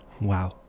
Wow